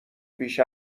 بیش